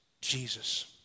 Jesus